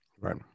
right